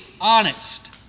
honest